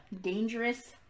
dangerous